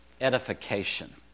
edification